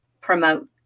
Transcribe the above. promote